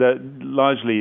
largely